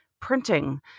printing